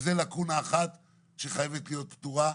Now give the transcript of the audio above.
זו לקונה אחת שחייבת להיות פתורה.